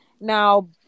Now